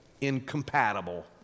incompatible